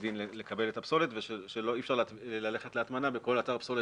דין לקבל את הפסולת ואי אפשר ללכת להטמנה בכל אתר פסולת